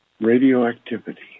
radioactivity